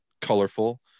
colorful